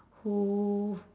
who